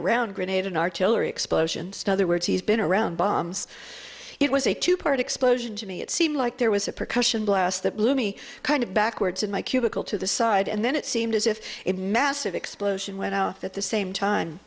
around grenade in artillery explosions in other words he's been around bombs it was a two part explosion to me it seemed like there was a percussion blast that blew me kind of backwards in my cubicle to the side and then it seemed as if in massive explosion went off at the same time